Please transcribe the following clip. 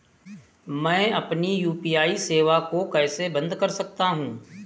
मैं अपनी यू.पी.आई सेवा को कैसे बंद कर सकता हूँ?